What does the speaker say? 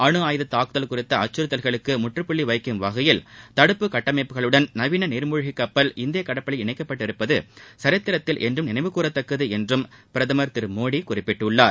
அணு ஆயுத தாக்குதல் குறித்த அச்சுறுத்தல்களுக்கு முற்றுப்புள்ளி வைக்கும் வகையில் தடுப்பு கட்டமைப்புகளுடன் நவீன நீர்மூழ்கி கப்பல் இந்திய கடற்படையில் இணைக்கப்பட்டிருப்பது சரித்திரத்தில் என்றும் நினைவுகூரத்தக்கது என்று பிரதமர் திரு மோடி குறிப்பிட்டுள்ளார்